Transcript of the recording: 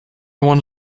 want